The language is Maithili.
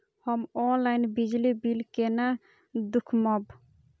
हम ऑनलाईन बिजली बील केना दूखमब?